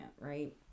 right